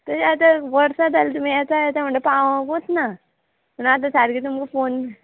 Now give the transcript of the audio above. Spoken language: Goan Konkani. तशें आतां वर्सां जालीं तुमी येता येता म्हणटा पावोकूंच ना पूण आतां सारकें तुमकां फोन